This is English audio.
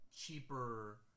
cheaper